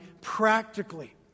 practically